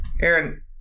Aaron